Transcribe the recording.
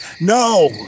No